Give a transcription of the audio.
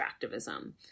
extractivism